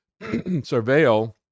surveil